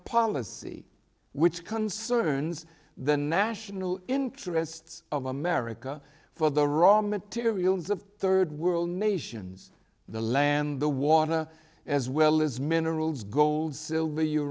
policy which concerns the national interests of america for the raw materials of third world nations the land the water as well as minerals gold silv